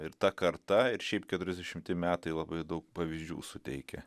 ir ta karta ir šiaip keturiasdešimti metai labai daug pavyzdžių suteikia